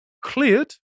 cleared